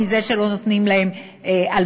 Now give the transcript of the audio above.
מזה שלא נותנים להם הלוואות,